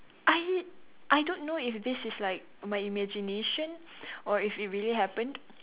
I I don't know if this is like my imagination or if it really happened